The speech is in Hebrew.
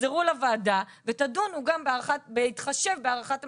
תחזרו לוועדה ותדונו גם בהתחשב בהערכת המסוכנות'.